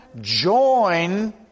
join